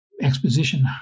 exposition